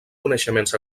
coneixements